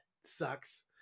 sucks